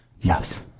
Yes